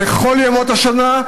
לכל ימות השנה,